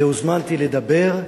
הוזמנתי לדבר,